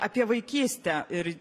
apie vaikystę ir